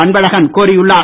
அன்பழகன் கோரியுள்ளார்